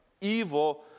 evil